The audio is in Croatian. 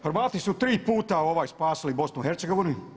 Hrvati su tri puta spasili BiH-a.